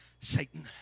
Satan